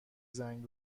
زنگ